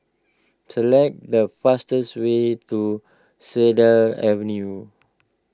select the fastest way to Cedar Avenue